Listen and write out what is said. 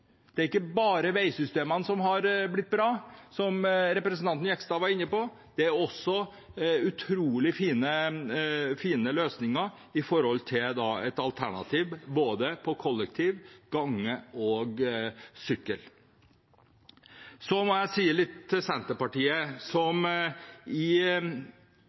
Det har man jo oppnådd. Det er ikke bare veisystemene som har blitt bra, som representanten Jegstad var inne på, det er også utrolig fine alternative løsninger, med både kollektiv, gange og sykkel. Så må jeg si litt til Senterpartiet, som i